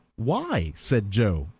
why? said joe,